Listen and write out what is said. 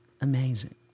amazing